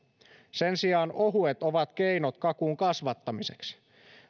sen sijaan ohuet ovat keinot kakun kasvattamiseksi